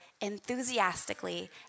enthusiastically